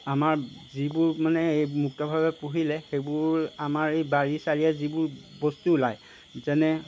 আমাৰ যিবোৰ মানে এই মুক্তভাৱে পুহিলে সেইবোৰ আমাৰ এই বাৰী চাৰীয়ে যিবোৰ বস্তু ওলায় যেনে